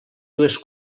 dues